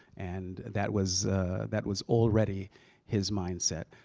and that was that was already his mindset.